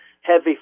heavy